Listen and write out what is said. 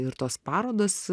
ir tos parodos